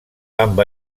amb